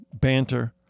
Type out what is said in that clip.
banter